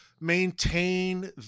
maintain